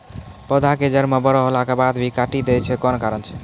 पौधा के जड़ म बड़ो होला के बाद भी काटी दै छै कोन कारण छै?